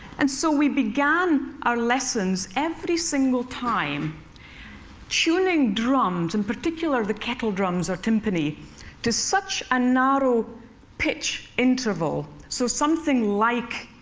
and so we began our lessons every single time tuning drums, in particular, the kettle drums, or timpani to such a narrow pitch interval, so something like